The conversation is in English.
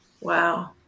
Wow